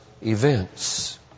events